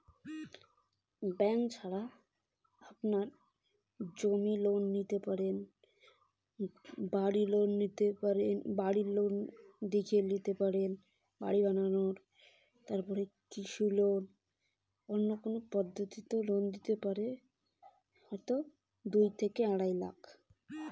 Bank ছাড়া অন্য কোনো কোম্পানি থাকি কত টাকা লোন দিবে?